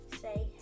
Say